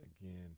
again